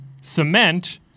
cement